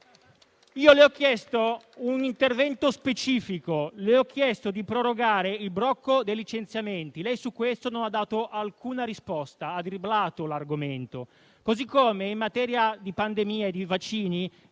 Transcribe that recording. Le ho chiesto un intervento specifico, ovvero di prorogare il blocco dei licenziamenti, ma su questo non ha dato alcuna risposta e ha dribblato l'argomento. Allo stesso modo, in materia di pandemia e di vaccini,